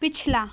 पिछला